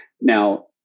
Now